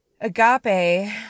Agape